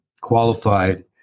qualified